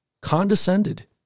condescended